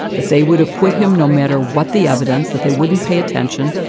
that they would acquit him no matter what the evidence that they wouldn't pay attention.